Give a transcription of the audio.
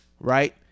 right